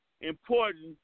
important